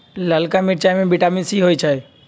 ललका मिरचाई में विटामिन सी होइ छइ